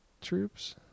troops